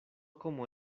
como